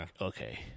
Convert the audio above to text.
okay